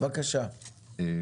אתחיל עם